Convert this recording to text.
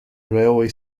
railway